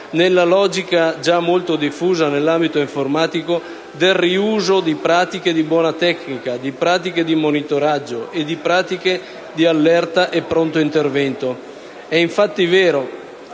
nella logica già molto diffusa nell'ambito informatico del riuso di pratiche di buona tecnica, di pratiche di monitoraggio e di pratiche di allerta e pronto intervento. È infatti vero